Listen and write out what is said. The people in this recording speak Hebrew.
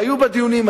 בישיבה